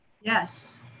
Yes